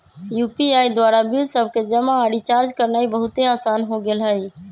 UPI द्वारा bill सभके जमा आऽ रिचार्ज करनाइ बहुते असान हो गेल हइ